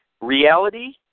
reality